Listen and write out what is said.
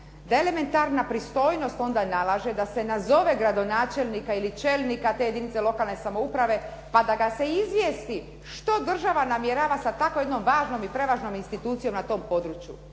da elementarna pristojnost onda nalaže da se nazove gradonačelnika ili čelnika te jedinice lokalne samouprave, pa da ga se izvijesti što država namjerava sa tako jednom važnom i prevažnom institucijom na tom području,